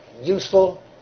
useful